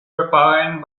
refined